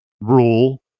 rule